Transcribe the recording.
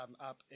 up